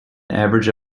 average